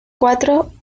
cuatro